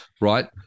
right